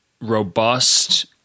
robust